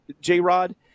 J-Rod